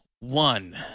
one